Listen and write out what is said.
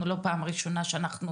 זו לא פעם ראשונה שאנחנו